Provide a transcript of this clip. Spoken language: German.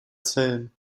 zellen